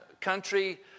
country